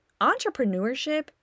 entrepreneurship